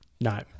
No